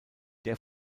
der